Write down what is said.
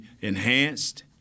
enhanced